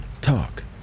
talk